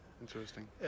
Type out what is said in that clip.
Interesting